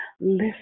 lift